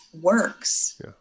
works